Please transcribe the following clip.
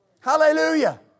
Hallelujah